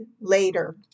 later